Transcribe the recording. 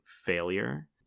failure